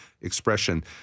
expression